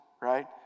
right